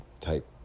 type